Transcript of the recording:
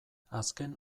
azken